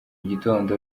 gitondo